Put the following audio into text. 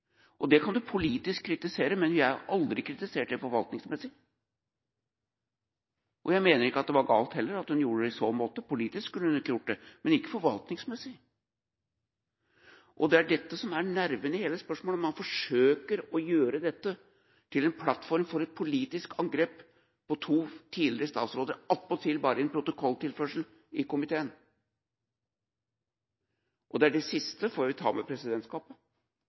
disse. Det kan du politisk kritisere, men vi har aldri kritisert det forvaltningsmessig. Jeg mener ikke at det var galt heller, at hun gjorde det det i så måte. Politisk skulle hun ikke gjort det, og heller ikke forvaltningsmessig. Det er dette som er nerven i hele spørsmålet. Man forsøker å gjøre dette til en plattform for et politisk angrep på to tidligere statsråder, attpåtil bare som en protokolltilførsel i komiteen. Det siste får vi ta opp med presidentskapet,